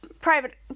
private